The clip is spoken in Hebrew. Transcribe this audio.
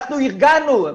אנחנו ארגנו.